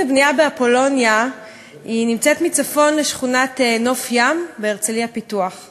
ואני ראיתי, אני יודע בדיוק מה יש באוצר,